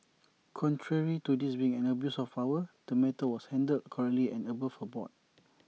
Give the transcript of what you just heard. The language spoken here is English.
contrary to this being an abuse of power the matter was handled correctly and above board